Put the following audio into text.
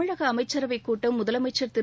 தமிழக அமைச்சரவைக் கூட்டம் முதலமைச்சர் திரு